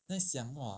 在想 !wah!